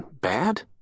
bad